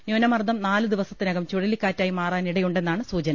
ന്യൂനമർദ്ദം നാല് ദിവസത്തിനകം ചുഴലിക്കാറ്റായി മാറാ നിടയുണ്ടെന്നാണ് സൂചന